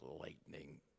lightning